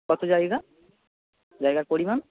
কতো জায়গা জায়গার পরিমাণ